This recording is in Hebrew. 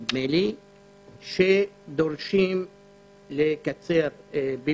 הם דורשים לקצר את